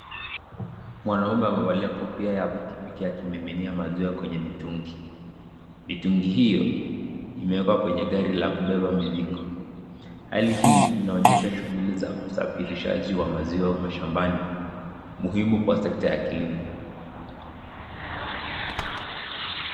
Mwanamume amevaa kofia ya pikipiki akimiminia maziwa kwenye mitungi. Mitungi hiyo imewekwa kwenye gari la kubeba mizigo. Hali hii inaonyesha shughuli za usafirishaji wa maziwa mashambani muhimu kwa sekta ya kilimo.